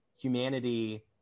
humanity